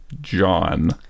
john